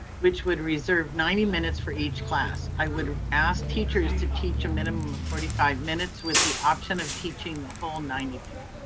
which would reserve ninety minutes for each class. i would ask teachers to teach a minimum of forty five minutes with the option of teaching the whole ninety minutes.